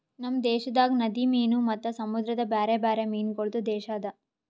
ನಮ್ ದೇಶದಾಗ್ ನದಿ ಮೀನು ಮತ್ತ ಸಮುದ್ರದ ಬ್ಯಾರೆ ಬ್ಯಾರೆ ಮೀನಗೊಳ್ದು ದೇಶ ಅದಾ